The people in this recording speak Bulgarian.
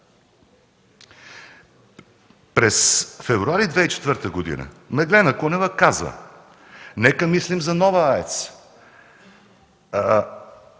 През февруари 2004 г. Меглена Кунева казва: „Нека мислим за нова АЕЦ,